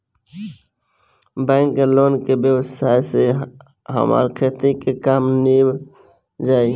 bank के loan के व्यवस्था से हमार खेती के काम नीभ जाई